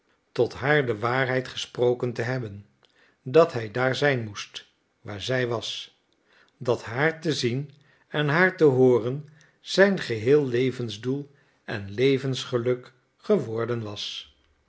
tot haar de waarheid gesproken te hebben dat hij daar zijn moest waar zij was dat haar te zien en haar te hooren zijn geheel levensdoel en levensgeluk geworden was